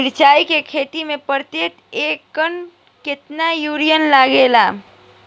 मिरचाई के खेती मे प्रति एकड़ केतना यूरिया लागे ला?